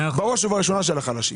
בראש ובראשונה של החלשים.